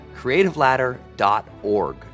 creativeladder.org